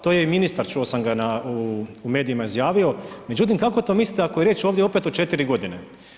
To je i ministar, čuo sam ga u medijima izjavio, međutim, kako to mislite, ako je riječ ovdje opet o 4 g.